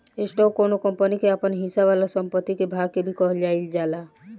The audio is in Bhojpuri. स्टॉक कौनो कंपनी के आपन हिस्सा वाला संपत्ति के भाग के भी कहल जाइल जाला